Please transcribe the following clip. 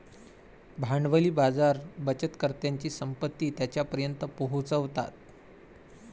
भांडवली बाजार बचतकर्त्यांची संपत्ती त्यांच्यापर्यंत पोहोचवतात